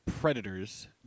predators